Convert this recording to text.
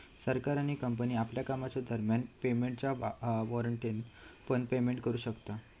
सरकार आणि कंपनी आपल्या कामाच्या दरम्यान पेमेंटच्या वॉरेंटने पण पेमेंट करू शकता